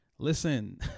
Listen